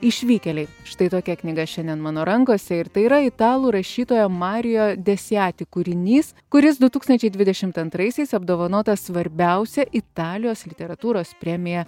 išvykėliai štai tokia knyga šiandien mano rankose ir tai yra italų rašytojo mario desijati kūrinys kuris du tūkstančiai dvidešimt antraisiais apdovanotas svarbiausia italijos literatūros premija